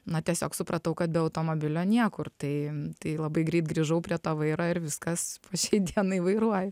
na tiesiog supratau kad be automobilio niekur tai tai labai greit grįžau prie to vairo ir viskas po šiai dienai vairuoju